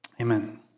Amen